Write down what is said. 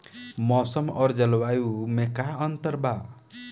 मौसम और जलवायु में का अंतर बा?